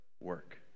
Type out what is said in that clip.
Work